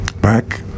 back